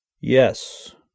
Yes